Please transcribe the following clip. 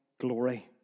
glory